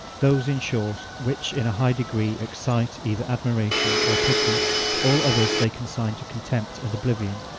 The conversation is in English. those, in short, which in a high degree excite either admiration or pity all others they consign to contempt and oblivion.